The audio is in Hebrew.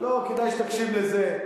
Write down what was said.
לא, כדאי שתקשיב לזה.